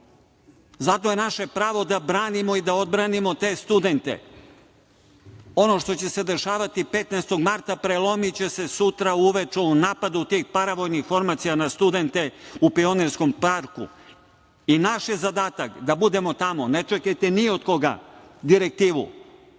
je naše pravo da branimo i da odbranimo te studente. Ono što će se dešavati 15. marta prelomiće se sutra uveče u napadu tih paravojnih formacija na studente u Pionirskom parku i naš je zadatak da budemo tamo. Ne čekajte ni od koga direktivu.